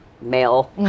male